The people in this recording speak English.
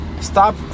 Stop